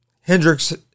Hendricks